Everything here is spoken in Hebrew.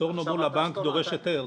סטורנו מול הבנק דורש היתר,